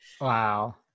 wow